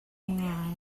ngai